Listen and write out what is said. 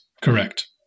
Correct